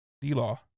D-law